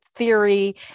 Theory